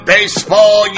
Baseball